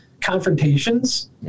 confrontations